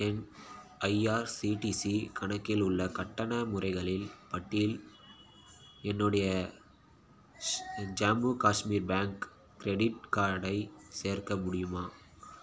என் IRCTC கணக்கில் உள்ள கட்டண முறைகளில் பட்டியில் என்னுடைய ஸ் ஜம்மு காஷ்மீர் பேங்க் க்ரெடிட் கார்டை சேர்க்க முடியுமா